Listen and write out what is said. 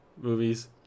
movies